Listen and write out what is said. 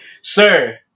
Sir